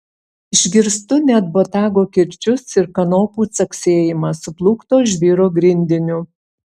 išgirstu net botago kirčius ir kanopų caksėjimą suplūkto žvyro grindiniu